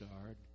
starred